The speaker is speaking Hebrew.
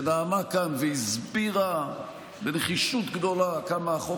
שנאמה כאן והסבירה בנחישות גדולה כמה החוק